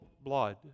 blood